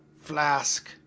Flask